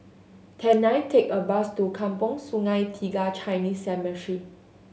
can I take a bus to Kampong Sungai Tiga Chinese Cemetery